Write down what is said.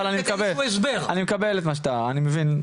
אבל אני מקבל את מה שאתה אומר ואני מבין.